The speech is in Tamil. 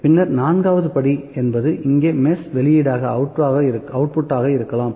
பின்னர் நான்காவது படி என்பது இங்கே மெஷ் வெளியீடாக இருக்கலாம்